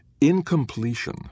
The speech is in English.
Incompletion